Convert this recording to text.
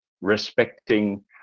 respecting